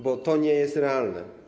Bo to nie jest realne.